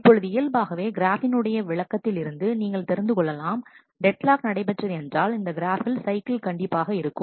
இப்பொழுது இயல்பாகவே கிராஃபின் உடைய விளக்கத்தில் இருந்து நீங்கள் தெரிந்து கொள்ளலாம் டெட்லாக் நடைபெற்றது என்றால் இந்த கிராஃப்பில் சைக்கிள் கண்டிப்பாக இருக்கும்